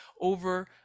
over